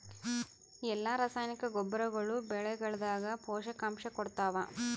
ಎಲ್ಲಾ ರಾಸಾಯನಿಕ ಗೊಬ್ಬರಗೊಳ್ಳು ಬೆಳೆಗಳದಾಗ ಪೋಷಕಾಂಶ ಕೊಡತಾವ?